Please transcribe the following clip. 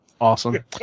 awesome